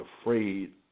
afraid